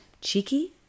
Cheeky